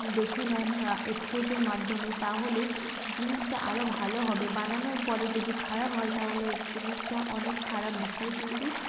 দেখে নেন স্কেচের মাধ্যমে তাহলে জিনিসটা আরও ভালো হবে বানানোর পরে যদি খারাপ হয় তাহলে জিনিসটা অনেক খারাপ বিষয় কিন্তু